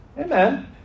Amen